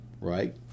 right